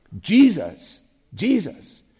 Jesus—Jesus